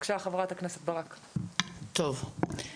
חברת הכנסת ברק, בבקשה.